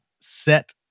set